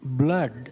blood